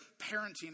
parenting